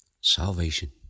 Salvation